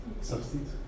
Substance